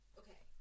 okay